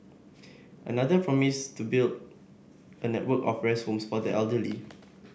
another promised to build a network of rest homes for the elderly